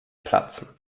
platzen